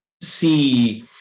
see